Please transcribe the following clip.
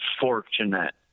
fortunate